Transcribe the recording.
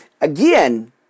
Again